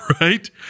right